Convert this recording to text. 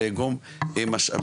להשפיע עליה ואת זה צריך לעשות ומשרד